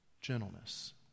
gentleness